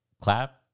clap